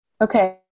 Okay